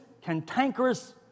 cantankerous